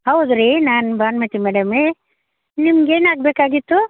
ಹೌದು ರೀ ನಾನು ಭಾನುಮತಿ ಮೇಡಮೇ ನಿಮ್ಗೆ ಏನಾಗಬೇಕಾಗಿತ್ತು